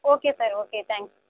okay sir okay thanks